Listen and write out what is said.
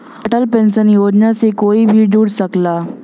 Atal pension योजना से कोई भी जुड़ सकला